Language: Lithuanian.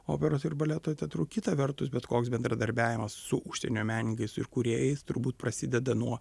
operos ir baleto teatru kita vertus bet koks bendradarbiavimas su užsienio menininkais ir kūrėjais turbūt prasideda nuo